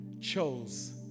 chose